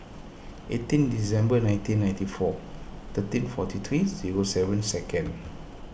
eighteen December nineteen ninety four thirteen forty three zero seven second